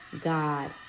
God